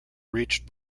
reached